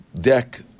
deck